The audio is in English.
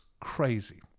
crazy